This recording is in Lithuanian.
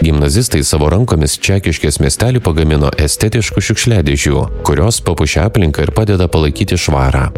gimnazistai savo rankomis čekiškės miestely pagamino estetiškų šiukšliadėžių kurios papuošia aplinką ir padeda palaikyti švarą